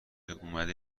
اومده